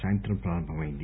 సాయంత్రం ప్రారంభమైంది